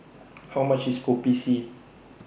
How much IS Kopi C